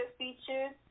features